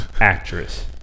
actress